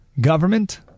government